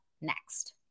next